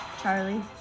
Charlie